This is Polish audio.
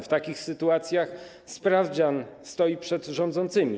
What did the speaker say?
W takich sytuacjach sprawdzian stoi przed rządzącymi.